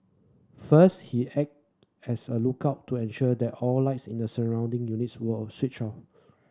first he acted as a lookout to ensure that all lights in the surrounding units were switched off